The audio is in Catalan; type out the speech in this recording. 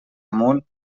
amunt